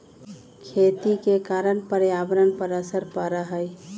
खेती के कारण पर्यावरण पर असर पड़ा हई